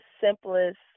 simplest